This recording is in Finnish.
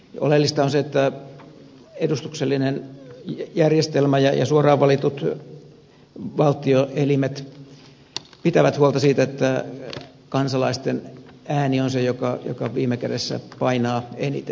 oleellista on se että edustuksellinen järjestelmä ja suoraan valitut valtioelimet pitävät huolta siitä että kansalaisten ääni on se joka viime kädessä painaa eniten